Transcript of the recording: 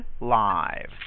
live